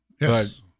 Yes